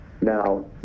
now